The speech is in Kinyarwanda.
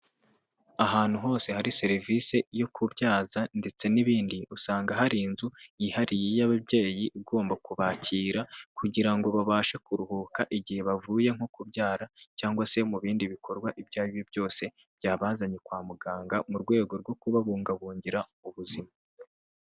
Ahantu hose hari serivise yo kubyaza ndetse n'ibindi, usanga hari inzu yihariye y'ababyeyi igomba kubakira, kugira ngo babashe kuruhuka igihe bavuye nko kubyara cyangwa se mu bindi bikorwa ibyo aribyo byose byabazanye kwa muganga, mu rwego rwo kubabungabungira ubuzima.